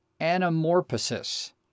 anamorphosis